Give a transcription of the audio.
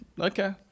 okay